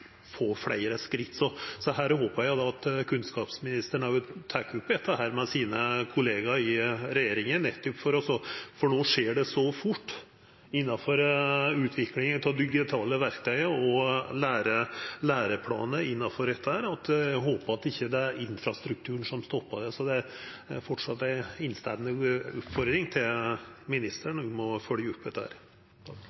Her håper eg at kunnskapsministeren tek opp dette med kollegaene sine i regjeringa, for no skjer utviklinga av digitale verktøy og læreplanar innanfor dette så fort at eg håper at det ikkje er infrastrukturen som stoppar det. Det er framleis ei innstendig oppfordring til